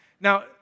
Now